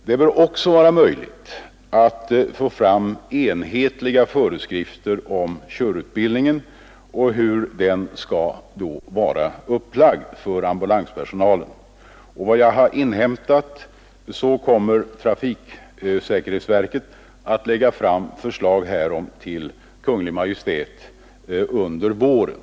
Det bör också vara möjligt att få fram enhetliga föreskrifter om körutbildningen och hur den skall vara upplagd för ambulanspersonalen. Enligt vad jag har inhämtat kommer trafiksäkerhetsverket att lägga fram förslag härom till Kungl. Maj:t under våren.